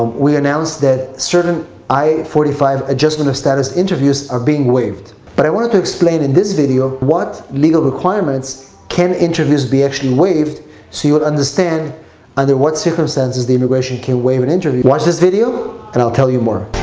um we announced that certain i forty five adjustment of status interviews are being waived. but i wanted to explain in this video what legal requirements can interviews be actually waived so you will ah understand under what circumstances the immigration can waive an interview. watch this video, and i'll tell you more.